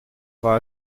war